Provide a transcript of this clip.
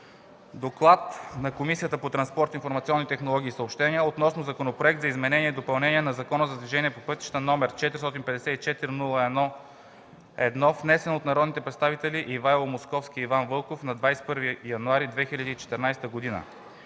„ДОКЛАД на Комисията по транспорт, информационни технологии и съобщения относно Законопроект за изменение и допълнение на Закона за движението по пътищата, № 454-01-1, внесен от народните представители Ивайло Московски и Иван Вълков на 21 януари 2014 г.